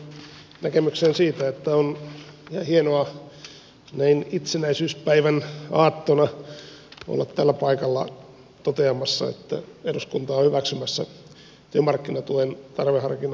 yhdyn edustajien filatov ja mäkisalo ropponen näkemykseen siitä että on hienoa näin itsenäisyyspäivän aattona olla täällä paikalla toteamassa että eduskunta on hyväksymässä työmarkkinatuen tarveharkinnan poiston